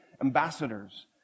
ambassadors